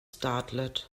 startled